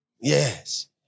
Yes